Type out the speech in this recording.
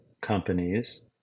companies